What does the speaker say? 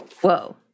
Whoa